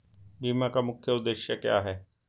बीमा का मुख्य उद्देश्य क्या है?